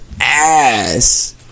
ass